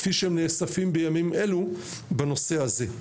כפי שהם נאספים בימים אלו בנושא הזה.